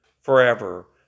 forever